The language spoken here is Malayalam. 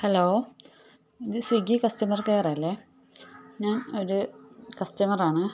ഹലോ ഇത് സ്വിഗ്ഗി കസ്റ്റമർ കെയറല്ലേ ഞാൻ ഒരു കസ്റ്റമറാണ്